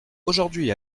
aujourd’hui